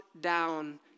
down